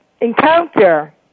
encounter